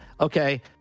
okay